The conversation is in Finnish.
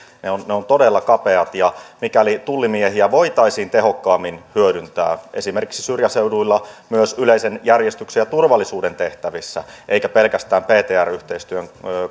ne ovat todella kapeat ja mikäli tullimiehiä voitaisiin tehokkaammin hyödyntää esimerkiksi syrjäseuduilla myös yleisen järjestyksen ja turvallisuuden tehtävissä eikä pelkästään ptr yhteistyön